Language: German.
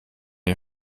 ihr